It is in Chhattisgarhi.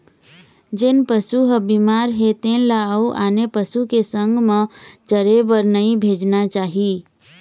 जेन पशु ह बिमार हे तेन ल अउ आने पशु के संग म चरे बर नइ भेजना चाही